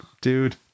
dude